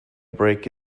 break